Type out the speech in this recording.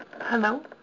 Hello